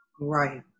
Right